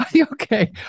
okay